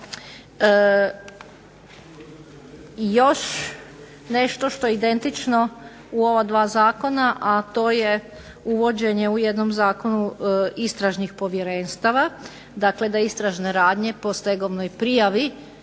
još nešto što je identično u ova dva zakona, a to je uvođenje u jednom zakonu istražnih povjerenstava. Dakle, da istražne radnje po stegovnoj prijavi